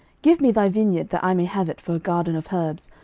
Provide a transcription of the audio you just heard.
give me thy vineyard, that i may have it for a garden of herbs,